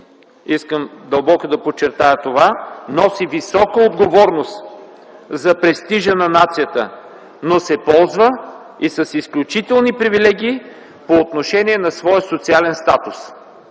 искам дълбоко да подчертая това – носи висока отговорност за престижа на нацията, но се ползва и с изключителни привилегии и по отношение на своя социален статус.